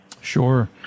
Sure